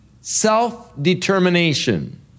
self-determination